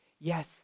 Yes